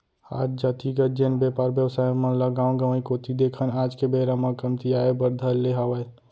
आज जातिगत जेन बेपार बेवसाय मन ल गाँव गंवाई कोती देखन आज के बेरा म कमतियाये बर धर ले हावय